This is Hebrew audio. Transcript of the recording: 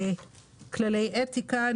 כללי אתיקה,